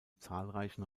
zahlreichen